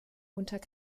unter